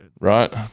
right